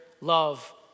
love